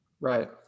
right